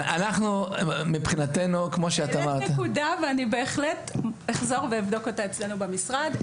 העלית נקודה ואני בהחלט אחזור ואבדוק אותה אצלנו במשרד.